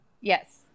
Yes